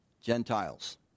Gentiles